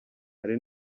hari